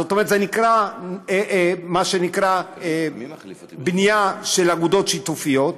זאת אומרת, מה שנקרא בנייה של אגודות שיתופיות.